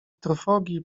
trwogi